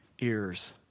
ears